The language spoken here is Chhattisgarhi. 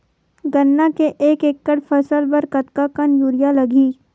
गन्ना के एक एकड़ फसल बर कतका कन यूरिया लगही?